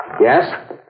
Yes